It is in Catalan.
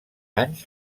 anys